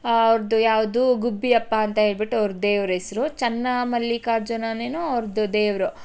ಅವ್ರದ್ದು ಯಾವುದು ಗುಬ್ಬಿಯಪ್ಪ ಅಂತ ಹೇಳಿಬಿಟ್ಟು ಅವ್ರ್ದು ದೇವ್ರ ಹೆಸರು ಚೆನ್ನಮಲ್ಲಿಕಾರ್ಜುನನೇನೊ ಅವ್ರ್ದು ದೇವರು